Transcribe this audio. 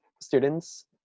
students